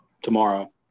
tomorrow